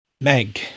Meg